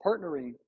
partnering